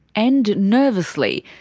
and nervously,